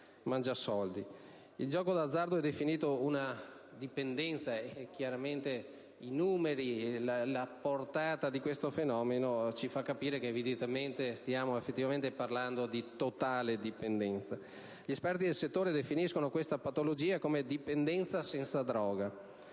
Il gioco d'azzardo è definito una dipendenza, e chiaramente i numeri e la portata di questo fenomeno ci fanno capire che effettivamente stiamo parlando di totale dipendenza. Gli esperti del settore definiscono questa patologia come dipendenza senza droga